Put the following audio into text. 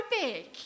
big